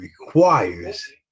requires